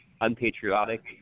unpatriotic